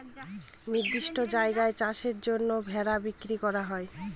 নির্দিষ্ট জায়গায় চাষের জন্য ভেড়া বিক্রি করা হয়